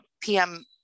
PM